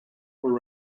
were